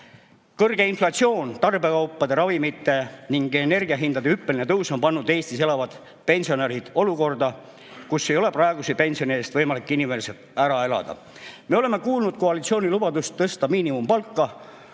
Kõrge inflatsioon, tarbekaupade, ravimite ning energia hindade hüppeline tõus on pannud Eestis elavad pensionärid olukorda, kus ei ole praeguse pensioni eest võimalik inimväärselt ära elada. Me oleme kuulnud koalitsiooni lubadust tõsta miinimumpalka